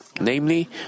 Namely